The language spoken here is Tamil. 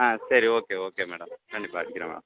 ஆ சரி ஓகே ஓகே மேடம் கண்டிப்பாக அடிக்கிறேன் மேடம்